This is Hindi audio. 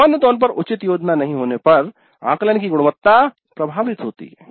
सामान्य तौर पर उचित योजना नहीं होने पर आकलन की गुणवत्ता प्रभावित होती है